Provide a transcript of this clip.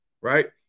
right